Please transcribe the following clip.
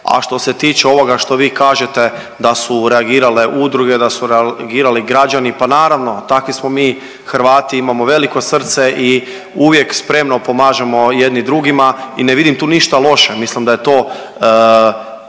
a što se tiče ovoga što vi kažete da su reagirale udruge, da su reagirali građani. Pa naravno, takvi smo mi Hrvati imamo veliko srce i uvijek spremno pomažemo jedni drugima i ne vidim tu ništa loše. Mislim da je to